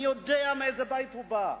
אני יודע מאיזה בית הוא בא,